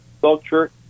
culture